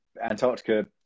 Antarctica